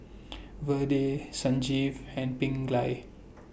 Vedre Sanjeev and Pingali